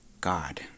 God